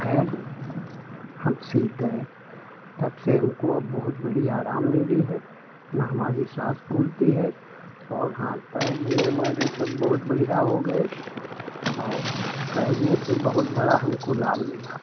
खैर हम सीख गए तब से हमको अब बहुत बड़ी आराम मिली है न हमारी साँस फूलती है और हाथ पैर भी हमारे सब बहुत बढ़िया हो गए और तैरने से बहुत बड़ा हमको लाभ मिला